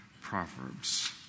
Proverbs